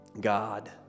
God